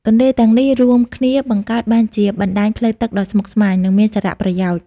ទន្លេទាំងនេះរួមគ្នាបង្កើតបានជាបណ្តាញផ្លូវទឹកដ៏ស្មុគស្មាញ និងមានសារៈប្រយោជន៍។